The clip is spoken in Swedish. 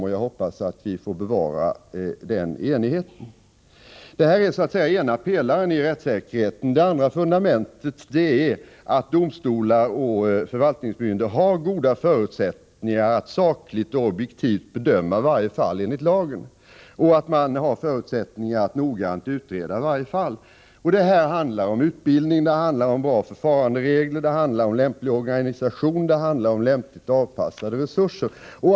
Jag hoppas att vi kommer att bevara den enigheten. Detta är så att säga den ena pelaren i rättssäkerheten. Det andra fundamentet är att domstolar och förvaltningsmyndigheter har goda förutsättningar att sakligt och objektivt bedöma varje fall enligt lagen och att noggrant utreda varje fall. Det handlar här om utbildning, om bra förfaranderegler, om lämplig organisation och om lämpligt avpassade resurser.